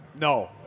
No